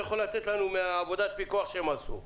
יכול לתת לנו מעבודת הפיקוח שהם עשו?